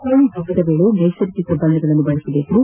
ಹೋಳಿ ಹಬ್ಬದ ವೇಳೆ ನೈಸರ್ಗಿಕ ಬಣ್ಣಗಳನ್ನು ಬಳಸಬೇಕು